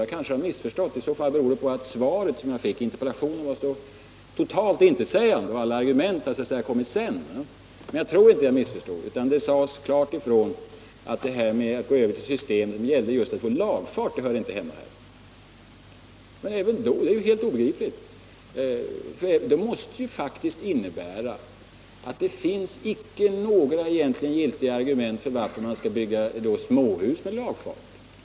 Jag kanske har missförstått henne, men det beror i så fall på att det svar jag fick på interpellationen var så totalt intetsägande och att alla argument så att säga har kommit sedan. Men jag tror inte att jag missförstod fru Friggebo, utan att det klart sades ifrån att man inte skulle gå över till ett system där det gällde just att få lagfart, eftersom ett sådant system inte hörde hemma här. Detta är ju helt obegripligt. Det måste innebära att det i den här debatten egentligen icke finns några giltiga argument för att man skall bygga småhus med lagfart.